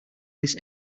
this